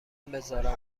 بذارم